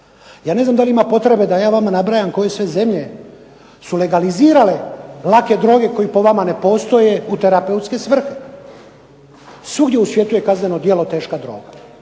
Ja ne znam da li ima potrebe da ja vama nabrajam koje sve zemlje su legalizirale lake droge koje po vama ne postoje u terapeutske svrhe? Svugdje u svijetu je kazneno djelo teška droga,